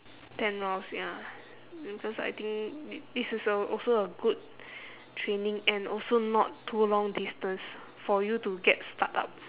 ten rounds ya and because I think this is a also a good training and also not too long distance for you to get start up